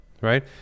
right